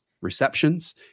receptions